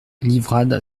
livrade